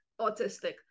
autistic